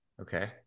okay